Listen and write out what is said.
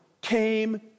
came